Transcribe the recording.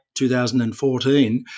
2014